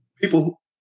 people